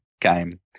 game